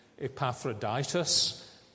Epaphroditus